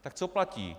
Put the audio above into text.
Tak co platí?